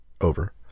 Over